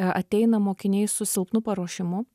ateina mokiniai su silpnu paruošimu